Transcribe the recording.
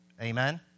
Amen